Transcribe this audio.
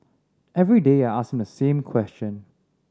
every day I ask him the same question